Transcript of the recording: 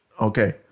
okay